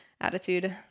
Attitude